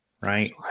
right